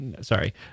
sorry